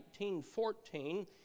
1914